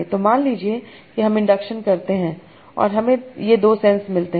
तो मान लीजिए कि हम इंडक्शन करते हैं और हमें ये दो सेंस मिलते हैं